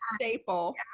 staple